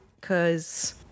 cause